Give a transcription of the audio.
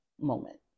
moment